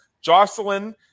Jocelyn